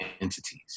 entities